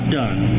done